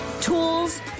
tools